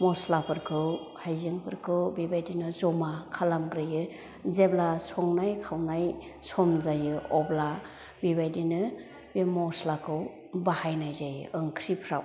मस्लाफोरखौ हाइजोंफोरखौ बेबायदिनो जमा खालामग्रोयो जेब्ला संनाय खावनाय सम जायो अब्ला बेबायदिनो बे मस्लाखौ बाहायनाय जायो ओंख्रिफ्राव